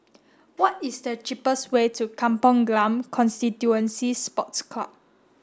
what is the cheapest way to Kampong Glam Constituency Sports Club